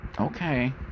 Okay